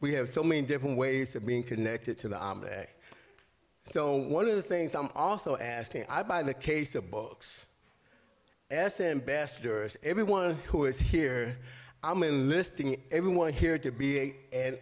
we have so many different ways of being connected to the object so one of the things i'm also asked to i by the case of books as ambassador everyone who is here i'm enlisting everyone here to be a